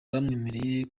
bamwemereye